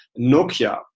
Nokia